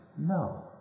No